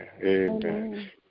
amen